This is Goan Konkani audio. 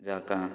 जाका